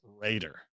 Raider